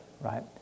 right